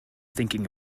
thinking